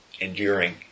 enduring